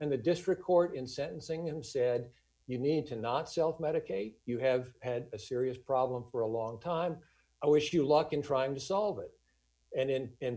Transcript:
and the district court in sentencing him said you need to not self medicate you have had a serious problem for a long time i wish you luck in trying to solve it and